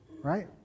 right